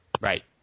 Right